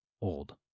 old